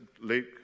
Luke